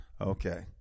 okay